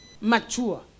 mature